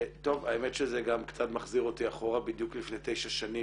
האמת שזה גם קצת מחזיר אותי אחורה בדיוק לפני תשע שנים